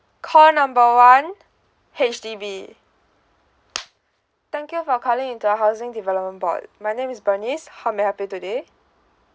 call number one H_D_B thank you for calling into a housing development board my name is bernice how may I help you today